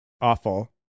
Awful